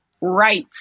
right